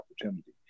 opportunity